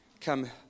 Come